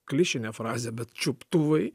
klišinė frazė bet čiuptuvai